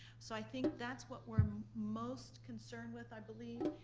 so i think that's what we're most concerned with, i believe,